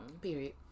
Period